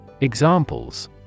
Examples